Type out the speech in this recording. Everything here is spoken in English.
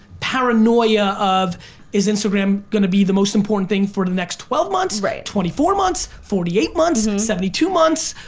paranoia of is instagram gonna be the most important thing for the next twelve months, twenty four months, forty eight months, and seventy two months?